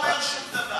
גמר, אומר שום דבר.